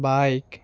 bike